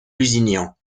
lusignan